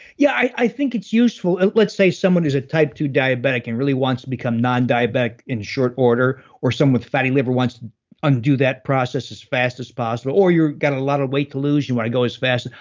yeah, i think it's useful. let's say someone who's a type two diabetic and really wants to become non-diabetic in short order or someone with fatty liver wants. undo that process as fast as possible, or you got a lot of weight to lose. you might go as fast. and